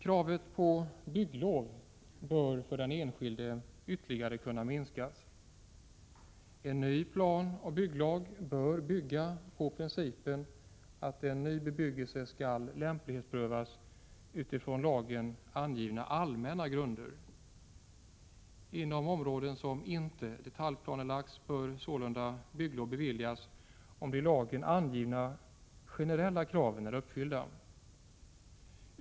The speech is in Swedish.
Kravet på bygglov bör för den enskilde ytterligare kunna minskas. En ny planoch bygglag bör bygga på principen att en ny bebyggelse skall lämplighetsprövas utifrån i lagen angivna allmänna grunder. Inom områden som inte detaljplanelagts bör sålunda bygglov beviljas, om de i lagen angivna generella kraven är uppfyllda.